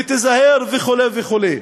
ותיזהר וכו' וכו'.